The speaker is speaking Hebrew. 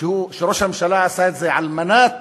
שראש הממשלה עשה את זה על מנת